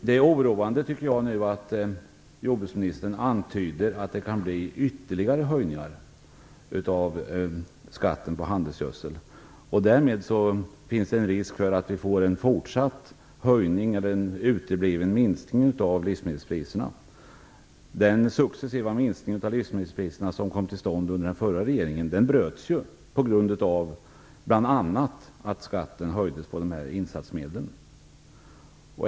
Jag tycker att det är oroande att jordbruksministern antyder att det kan bli ytterligare höjningar av skatten på handelsgödsel. Därmed finns det en risk för att vi får en fortsatt höjning eller en utebliven minskning av livsmedelspriserna. Den successiva minskning av livsmedelspriserna som kom till stånd under den förra regeringen bröts ju bl.a. på grund av att skatten på insatsmedlen höjdes.